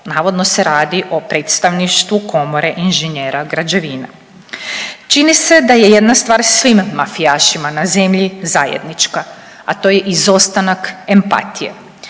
Navodno se radi o predstavništvu Komore inženjera građevine. Čini se da je jedna stvar svim mafijašima na zemlji zajednička, a to je izostanak empatije.